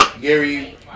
Gary